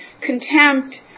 contempt